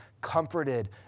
comforted